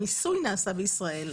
המיסוי נעשה בישראל.